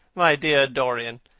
my dear dorian,